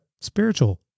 spiritual